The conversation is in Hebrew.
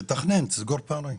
תתכנן - תסגור פערים.